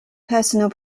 personal